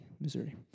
Missouri